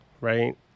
right